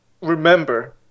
remember